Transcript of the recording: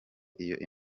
iyi